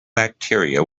bacteria